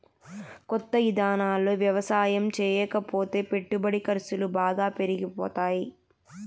కొత్త ఇదానాల్లో యవసాయం చేయకపోతే పెట్టుబడి ఖర్సులు బాగా పెరిగిపోతాయ్